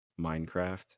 minecraft